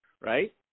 right